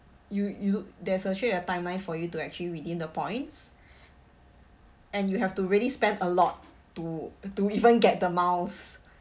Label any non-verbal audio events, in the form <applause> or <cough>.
you you there's actually a timeline for you to actually redeem the points <breath> and you have to really spend a lot to to even get the miles